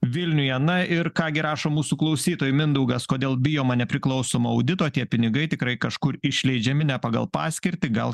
vilniuje na ir ką gi rašo mūsų klausytojai mindaugas kodėl bijoma nepriklausomo audito tie pinigai tikrai kažkur išleidžiami ne pagal paskirtį gal